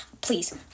please